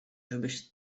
żebyś